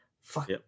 Fuck